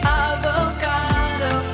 avocado